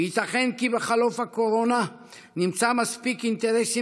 וייתכן כי בחלוף הקורונה נמצא מספיק אינטרסים